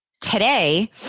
today